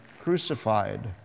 crucified